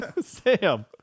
Sam